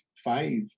five